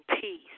peace